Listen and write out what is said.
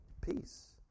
peace